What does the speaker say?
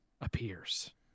appears